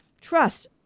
trust